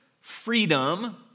freedom